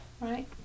right